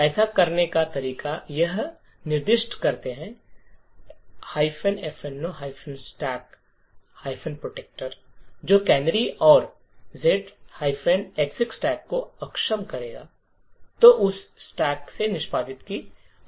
ऐसा करने का तरीका यह निर्दिष्ट करके है fno stack protector जो कैनरी और z execstack को अक्षम करेगा जो उस स्टैक से निष्पादन की अनुमति देगा